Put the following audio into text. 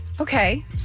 Okay